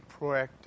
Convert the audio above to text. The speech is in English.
proactive